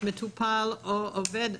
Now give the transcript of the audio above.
מטופל או עובד,